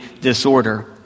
disorder